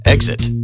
Exit